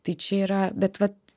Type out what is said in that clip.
tai čia yra bet vat